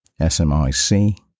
SMIC